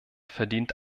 verdient